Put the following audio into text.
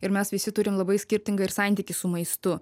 ir mes visi turim labai skirtingą ir santykį su maistu